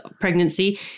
pregnancy